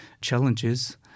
challenges